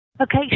Okay